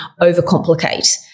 overcomplicate